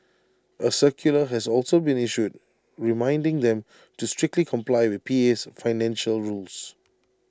A circular has also been issued reminding them to strictly comply with PA's financial rules